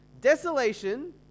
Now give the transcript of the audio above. Desolation